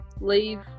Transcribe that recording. leave